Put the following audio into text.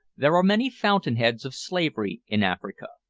there are many fountain-heads of slavery in africa.